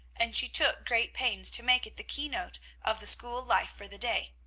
and she took great pains to make it the keynote of the school-life for the day.